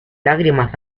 lágrimas